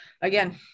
again